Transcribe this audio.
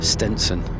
Stenson